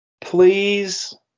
Please